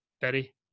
Betty